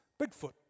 Bigfoot